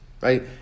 right